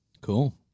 Cool